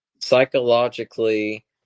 psychologically